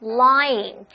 lying